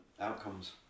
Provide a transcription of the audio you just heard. outcomes